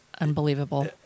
unbelievable